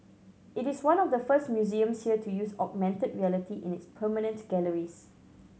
it is one of the first museums here to use augmented reality in its permanent galleries